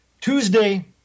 Tuesday